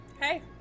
hey